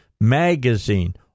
magazine